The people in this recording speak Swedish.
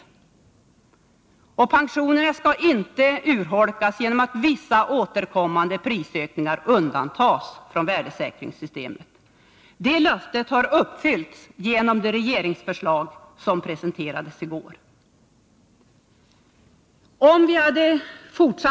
Pensionerna skall inte urholkas genom att vissa återkommande prisökningar undantas från värdesäkrings Vid remiss av systemet. Det löftet har uppfyllts genom det regeringsförslag som presentepropositionerna rades i går.